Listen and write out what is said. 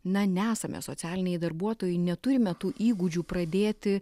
na nesame socialiniai darbuotojai neturime tų įgūdžių pradėti